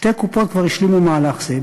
שתי קופות כבר השלימו מהלך זה.